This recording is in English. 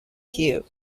hough